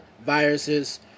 Viruses